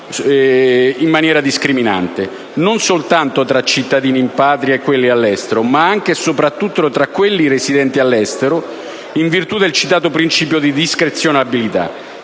una discriminazione non soltanto tra cittadini in Patria e quelli all'estero, ma anche e soprattutto tra quelli residenti all'estero, in virtù del citato principio di discrezionalità.